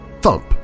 thump